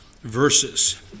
verses